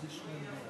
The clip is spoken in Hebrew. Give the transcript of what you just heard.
מליאה.